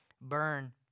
burn